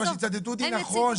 אבל שיצטטו אותי נכון,